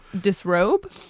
disrobe